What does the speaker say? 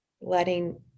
letting